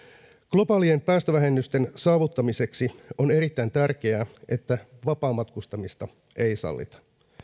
globaalien päästövähennysten saavuttamiseksi on erittäin tärkeää että vapaamatkustamista ei sallita